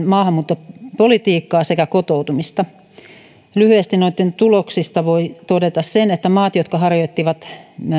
maahanmuuttopolitiikkaa sekä kotoutumista lyhyesti tuloksista voi todeta sen että maissa jotka harjoittivat